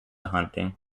hunting